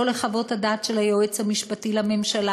לא לחוות הדעת של היועץ המשפטי לממשלה